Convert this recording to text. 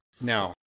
Now